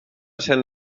cent